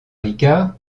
ricard